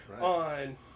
on